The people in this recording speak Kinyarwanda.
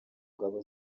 ngabo